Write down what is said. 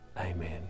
Amen